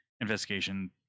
investigation